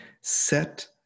set